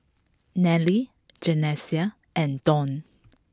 Nelly Janessa and Dawn